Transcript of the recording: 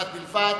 אחד בלבד.